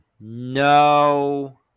No